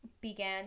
began